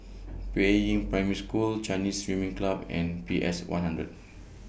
Peiying Primary School Chinese Swimming Club and P S one hundred